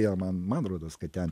jo man man rodos kad ten